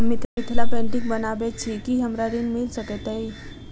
हम मिथिला पेंटिग बनाबैत छी की हमरा ऋण मिल सकैत अई?